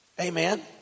Amen